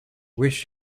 wish